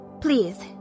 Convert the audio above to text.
Please